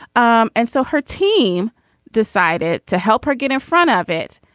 um and so her team decided to help her get in front of it.